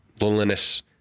Loneliness